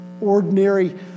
ordinary